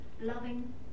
loving